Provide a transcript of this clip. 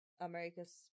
America's